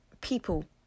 people